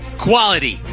Quality